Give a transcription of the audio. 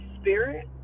spirit